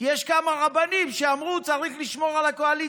כי יש כמה רבנים שאמרו: צריך לשמור על הקואליציה.